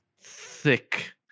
Thick